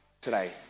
today